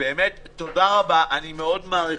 תודה רבה, אני מאוד מעריך.